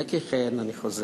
הנה כי כן אני חוזר,